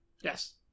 yes